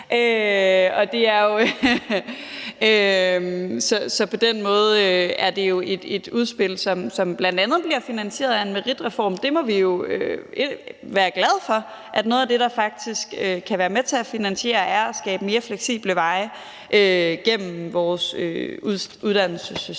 Så på den måde er det jo et udspil, som bl.a. bliver finansieret af en meritreform. Det må vi jo være glade for, altså at noget af det, der faktisk kan være med til at finansiere det, er at skabe mere fleksible veje gennem vores uddannelsessystem.